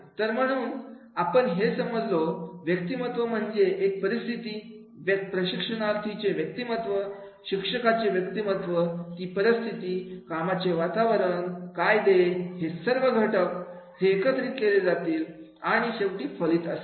तर म्हणून पण आपण हे समजलो व्यक्तिमत्व म्हणजे एक परिस्थिती प्रशिक्षणार्थीचे व्यक्तिमत्व शिक्षकाचे व्यक्तिमत्व ती परिस्थिती कामाचे वातावरण कायदे सर्व घटक हे एकत्रित केले जातील आणि शेवटी फलित असेल